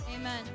Amen